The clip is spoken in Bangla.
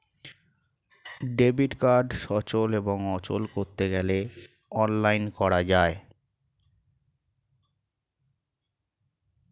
ডেবিট কার্ড সচল এবং অচল করতে গেলে অনলাইন করা যায়